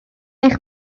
eich